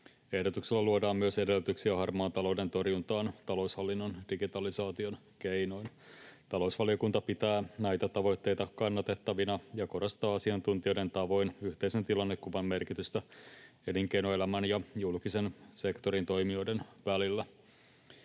Ehdotuksella luodaan myös edellytyksiä harmaan talouden torjuntaan taloushallinnon digitalisaation keinoin. Talousvaliokunta pitää näitä tavoitteita kannatettavina ja korostaa asiantuntijoiden tavoin yhteisen tilannekuvan merkitystä elinkeinoelämän ja julkisen sektorin toimijoiden välillä.